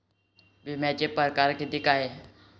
बिम्याचे परकार कितीक हाय?